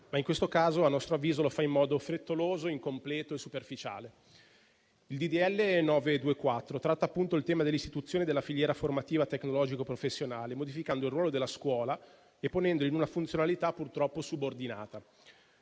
ma in questo caso, lo fa, a nostro avviso in modo frettoloso, incompleto e superficiale. Il disegno di legge n. 924 tratta appunto il tema dell'istituzione della filiera formativa tecnologico-professionale, modificando il ruolo della scuola e ponendolo in una funzionalità purtroppo subordinata.